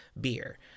beer